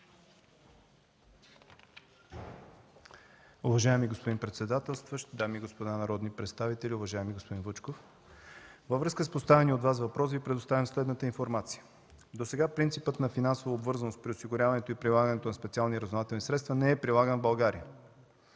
Уважаеми господни председателстващ, дами и господа народни представители, уважаеми господин Вучков! Във връзка с поставения от Вас въпрос, Ви предоставям следната информация. Досега принципът на финансова обвързаност при осигуряването и прилагането на СРС не е прилаган в България.